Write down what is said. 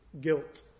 guilt